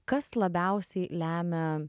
kas labiausiai lemia